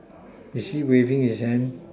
is he waving his hand